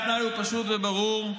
התנאי הוא פשוט וברור.